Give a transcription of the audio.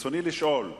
רצוני לשאול: